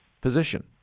position